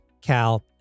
Cal